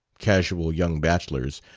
casual young bachelors,